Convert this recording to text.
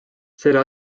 selle